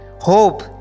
Hope